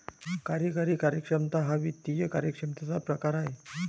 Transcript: कार्यकारी कार्यक्षमता हा वित्त कार्यक्षमतेचा प्रकार आहे